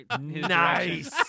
Nice